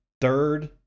Third